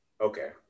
okay